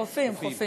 חופים, חופים.